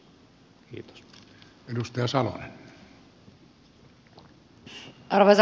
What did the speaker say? arvoisa puhemies